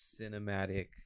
cinematic